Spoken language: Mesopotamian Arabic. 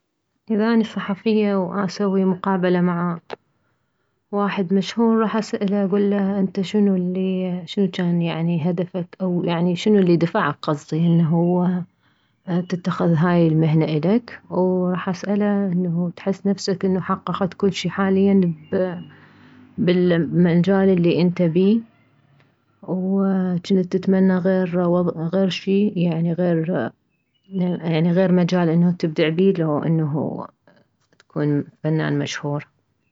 اذا اني صحفية واسوي مقابلة مع واحد مشهور راح اسأله اكله انت شنو الي شنو جان يعني هدفك او يعني شنو الي دفعك انه تتخذ هاي المهنة الك وراح اسأله انه تحس نفسك انه حققت كلشي حاليا بالمجال الي انت بيه وجنت تتمنى غير شي يعني غير يعني غير مجال انه تبدع بيه لو انه تكون فنان مشهور